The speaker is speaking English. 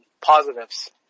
positives